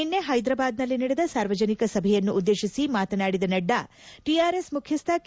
ನಿನ್ನೆ ಹೈದರಾಬಾದ್ನಲ್ಲಿ ನಡೆದ ಸಾರ್ವಜನಿಕ ಸಭೆಯನ್ನುದ್ದೇಶಿಸಿ ಮಾತನಾಡಿದ ಅವರು ಟಿಆರ್ಎಸ್ ಮುಖ್ಯಸ್ನ ಕೆ